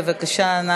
בבקשה.